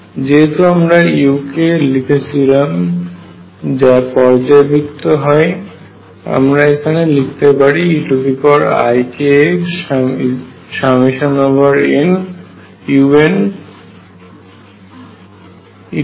যেহেতু আমরা uk লিখেছিল যা পর্যায়বৃত্ত হয় আমরা এখানে লিখতে পারি eikx∑un eiGnx